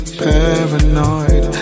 paranoid